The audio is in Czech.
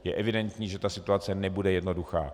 Je evidentní, že situace nebude jednoduchá.